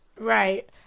Right